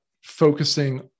focusing